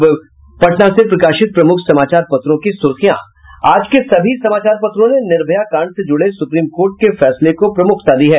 अब पटना से प्रकाशित प्रमुख समाचार पत्रों की सुर्खियां आज के सभी समाचार पत्रों ने निर्भया कांड से जुड़े सुप्रीम कोर्ट के फैसले को प्रमुखता दी है